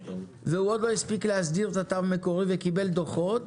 והוא עוד לא הספיק להסדיר את התו המקורי וקיבל דוחות,